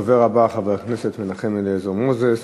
הדובר הבא, חבר הכנסת מנחם אליעזר מוזס.